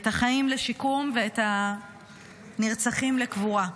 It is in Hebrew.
את החיים לשיקום ואת הנרצחים לקבורה.